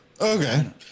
okay